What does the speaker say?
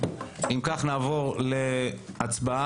אם כך נעבור להצבעה.